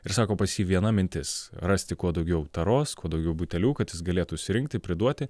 ir sako pas jį viena mintis rasti kuo daugiau taros kuo daugiau butelių kad jis galėtų surinkti priduoti